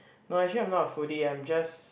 no actually I'm not a foodie I'm just